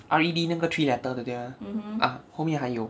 R E D 那个 three letter 的对吗 ah 后面还有